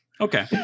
Okay